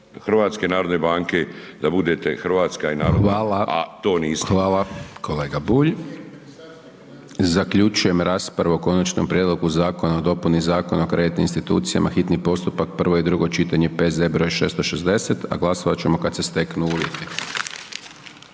hrvatska i narodna a to niste. **Hajdaš Dončić, Siniša (SDP)** Hvala kolega Bulj. Zaključujem raspravu o Konačnom prijedlogu Zakona o dopuni Zakona o kreditnim institucijama, hitni postupak, prvo i drugo čitanje, P.Z. br. 660 a glasovati ćemo kada se steknu uvjeti.